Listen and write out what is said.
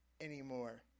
anymore